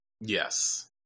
Yes